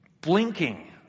blinking